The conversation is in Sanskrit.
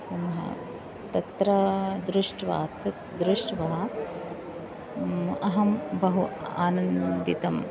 पुनः तत्र दृष्ट्वा तत् दृष्ट्वा अहं बहु आनन्दितम्